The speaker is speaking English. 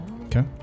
Okay